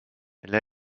elle